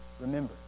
remember